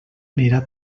anirà